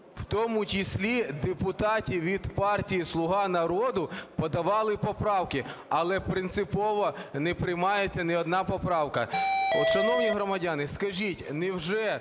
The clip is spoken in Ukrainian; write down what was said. в тому числі депутатів від партії "Слуга народу" подавали поправки, але принципово не приймається ні одна поправка.